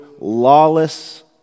Lawless